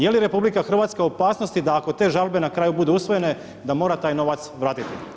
Je li RH u opasnosti da ako te žabe na kraju budu usvojene da mora taj novac vratiti?